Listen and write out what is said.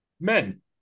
men